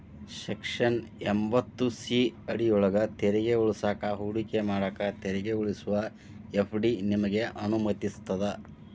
section ಎಂಭತ್ತು C ಅಡಿಯೊಳ್ಗ ತೆರಿಗೆ ಉಳಿಸಾಕ ಹೂಡಿಕೆ ಮಾಡಾಕ ತೆರಿಗೆ ಉಳಿಸುವ ಎಫ್.ಡಿ ನಿಮಗೆ ಅನುಮತಿಸ್ತದ